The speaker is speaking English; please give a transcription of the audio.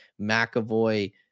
McAvoy